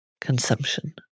consumption